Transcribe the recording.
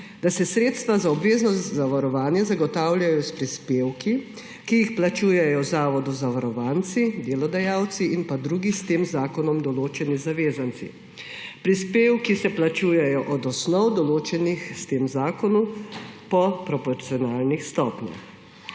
glasi: »Sredstva za obveznost zavarovanja se zagotavljajo s prispevki, ki jih plačujejo Zavodu zavarovanci, delodajalci in drugi s tem zakonom določeni zavezanci. Prispevki se plačujejo od osnov, določenih s tem zakonom, po proporcionalnih stopnjah.«